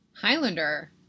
Highlander